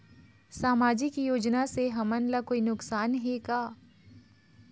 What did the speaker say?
सामाजिक योजना से हमन ला कोई नुकसान हे का?